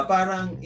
Parang